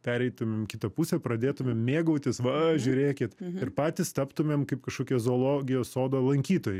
pereitum į kitą pusę pradėtumėm mėgautis va žiūrėkit ir patys taptumėm kaip kažkokią zoologijos sodo lankytojai